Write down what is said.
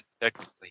technically